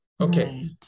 Okay